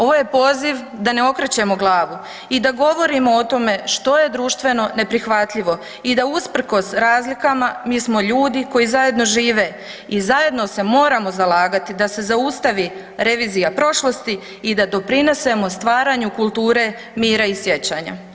Ovo je poziv da ne okrećemo glavu i da govorimo o tome što je društveno neprihvatljivo i da usprkos razlikama, mi smo ljudi koji zajedeno žive i zajedno se moramo zalagati da se zaustavi revizija prošlosti i da doprinosimo stvaranju kulture mira i sjećanja.